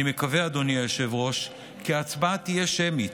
אדוני היושב-ראש, אני מקווה כי ההצבעה תהיה שמית,